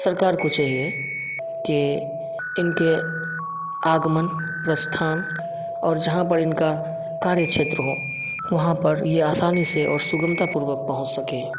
सरकार को चाहिए कि इनके आगमन प्रस्थान और जहाँ पर इनका कार्य क्षेत्र हो वहाँ पर ये आसानी से और सुगमता पूर्वक पहुँच सके